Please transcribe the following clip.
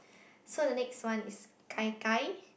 so the next one is Gai-Gai